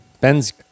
Ben's